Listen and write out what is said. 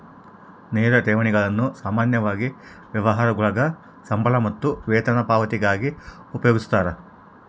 ನೇರ ಠೇವಣಿಗಳನ್ನು ಸಾಮಾನ್ಯವಾಗಿ ವ್ಯವಹಾರಗುಳಾಗ ಸಂಬಳ ಮತ್ತು ವೇತನ ಪಾವತಿಗಾಗಿ ಉಪಯೋಗಿಸ್ತರ